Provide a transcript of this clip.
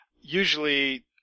usually